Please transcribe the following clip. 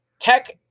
tech